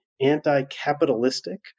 anti-capitalistic